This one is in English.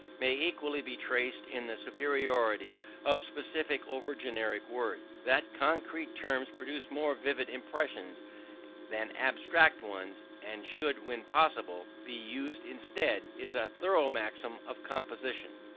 may equally be traced in the superiority of specific over generic words. that concrete terms produce more vivid impressions than abstract ones, and should, when possible, be used instead, is a thorough maxim of composition.